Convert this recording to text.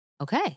Okay